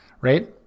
right